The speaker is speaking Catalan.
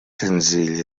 senzill